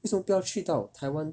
为什么不要去到台湾